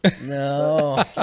No